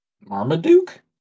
Marmaduke